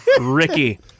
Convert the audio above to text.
Ricky